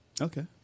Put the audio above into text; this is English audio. okay